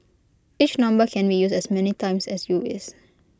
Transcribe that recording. each number can be used as many times as you wish